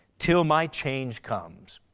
till my change comes.